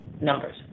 numbers